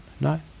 no